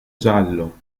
giallo